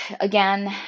Again